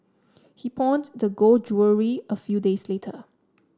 he pawned the gold jewellery a few days later